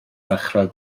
ddechrau